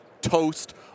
toast